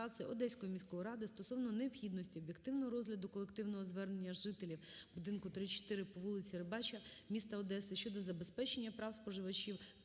Дякую.